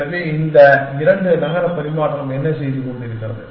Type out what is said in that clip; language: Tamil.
எனவே இந்த இரண்டு நகர பரிமாற்றம் என்ன செய்து கொண்டிருக்கிறது